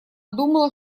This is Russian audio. думала